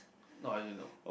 not are you no